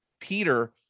Peter